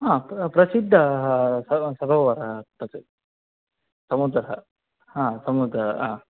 हा प्र प्रसिद्धः सरोवरा तत् समुद्रः हा समुद्र हा